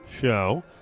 show